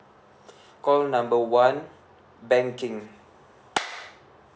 call number one banking